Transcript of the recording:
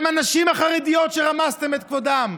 בשם הנשים החרדיות, שרמסתם את כבודן,